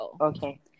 Okay